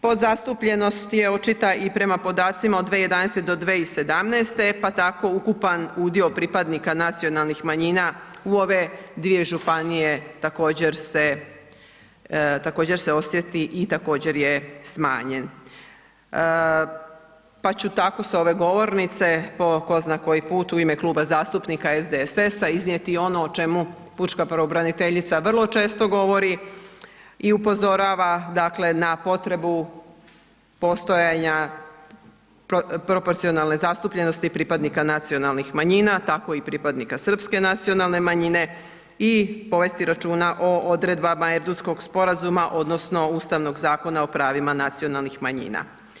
Podzastupljenost je očita i prema podacima od 2011. do 2017., pa tako ukupan udio pripadnika nacionalnih manjina u ove dvije županije također se osjeti i također je smanjen, pa ću tako s ove govornice, po tko zna koji put, u ime Kluba zastupnika SDSS-a iznijeti i ono o čemu pučka pravobraniteljica vrlo često govori i upozorava, dakle, na potrebu postojanja proporcionalne zastupljenosti pripadnika nacionalnih manjina, tako i pripadnika srpske nacionalne manjine i povesti računa o odredbama Erdutskog sporazuma odnosno Ustavnog zakona o pravima nacionalnih manjina.